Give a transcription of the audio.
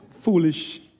Foolish